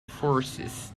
forces